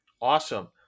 Awesome